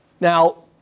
Now